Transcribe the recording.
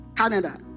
Canada